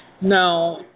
Now